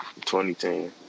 2010